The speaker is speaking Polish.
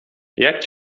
jak